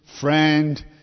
friend